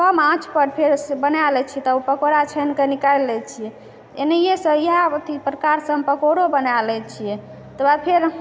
कम आँचपर फेरसँ बना लै छियै तऽ ओ पकोड़ा छानिकऽ निकाली लै छियै ऐनहिये सँ इएह प्रकारसँ पकोड़ो बना लै छियै तकर बाद फेर